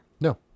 No